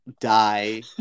die